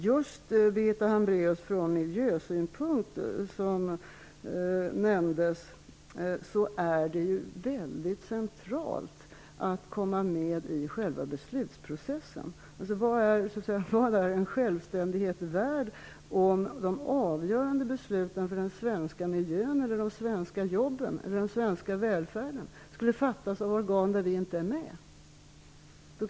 Just från miljösynpunkt, som det nämndes, Birgitta Hambraeus, är det väldigt centralt att komma med i själva beslutsprocessen. Vad är en självständighet värd om de avgörande besluten för den svenska miljön, de svenska jobben och den svenska välfärden skulle fattas av organ där Sverige inte är representerat?